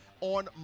on